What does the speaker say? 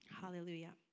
Hallelujah